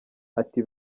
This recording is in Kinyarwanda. ati